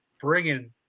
bringing